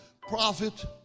prophet